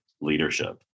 leadership